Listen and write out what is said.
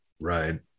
Right